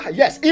yes